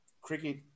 cricket